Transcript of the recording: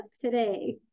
today